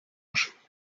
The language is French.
âge